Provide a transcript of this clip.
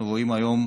אנחנו רואים היום